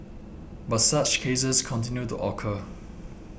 but such cases continue to occur